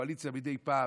מהקואליציה מדי פעם: